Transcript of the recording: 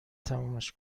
تمومش